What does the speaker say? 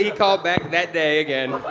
called back that day again.